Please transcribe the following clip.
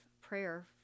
prayer